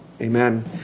Amen